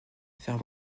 faire